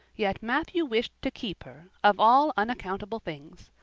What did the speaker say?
yet matthew wished to keep her, of all unaccountable things!